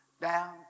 Down